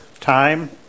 time